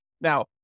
Now